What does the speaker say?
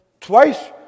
Twice